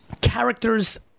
characters